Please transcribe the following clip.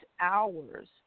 hours